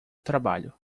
trabalho